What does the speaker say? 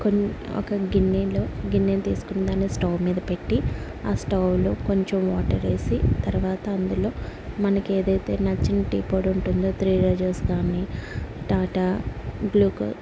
కొన్ని ఒక గిన్నెలో గిన్నెని తీసుకుని దాన్ని స్టవ్ మీద పెట్టి ఆ స్టవ్లొ కొంచెం వాటర్ వేసి తర్వాత అందులో మనకి ఏదైతే నచ్చిన టీ పొడి ఉంటుందో త్రీ రోసెస్ కానీ టాటా గ్లూకో